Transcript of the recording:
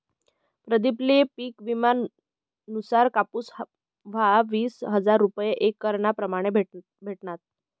प्रदीप ले पिक विमा नुसार कापुस म्हा वीस हजार रूपया एक एकरना प्रमाणे भेटनात